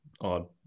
odd